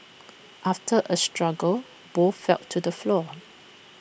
after A struggle both fell to the floor